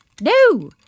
No